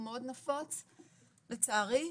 הוא מאוד נפוץ לצערי.